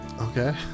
Okay